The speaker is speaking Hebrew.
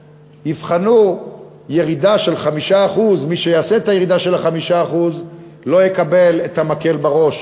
יבחנו ירידה של 5% מי שיעשה את הירידה של ה-5% לא יקבל את המקל בראש